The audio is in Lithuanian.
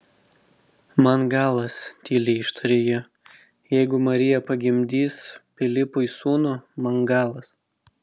man galas tyliai ištarė ji jeigu marija pagimdys pilypui sūnų man galas